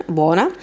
buona